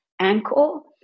ankle